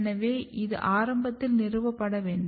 எனவே இது ஆரம்பத்தில் நிறுவப்பட வேண்டும்